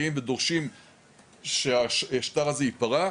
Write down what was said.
באים ודורשים שהשטר הזה ייפרע.